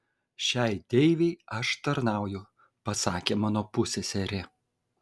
šiai deivei aš tarnauju pasakė mano pusseserė